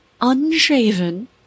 unshaven